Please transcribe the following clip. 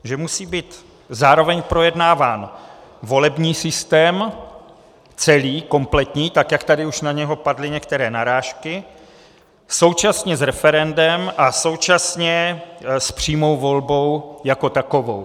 Že musí být zároveň projednáván volební systém, celý, kompletní, tak jak tady už na něj padly některé narážky, současně s referendem a současně s přímou volbou jako takovou.